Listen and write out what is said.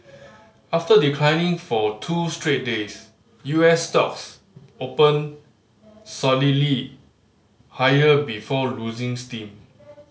after declining for two straight days U S stocks opened solidly higher before losing steam